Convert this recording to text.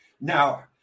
Now